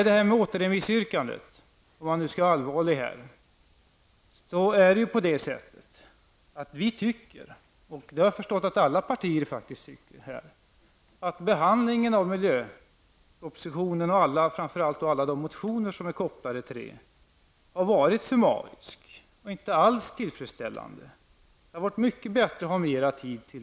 Då har vi återremissyrkandet -- om man nu skall vara allvarlig. Vi i miljöpartiet tycker -- jag har förstått att alla partier tycker så -- att behandlingen av miljöpropositionen och alla de motioner som är kopplade till den har varit summarisk och inte alls tillfredsställande. Det hade varit mycket bättre om det hade funnits mer tid.